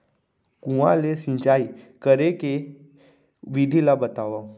कुआं ले सिंचाई करे के विधि ला बतावव?